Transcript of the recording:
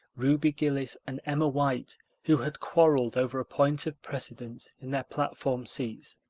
ruby gillis and emma white who had quarreled over a point of precedence in their platform seats,